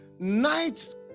nights